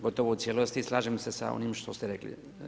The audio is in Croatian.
Gotovo u cijelosti slažem se sa onim što ste rekli.